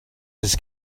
his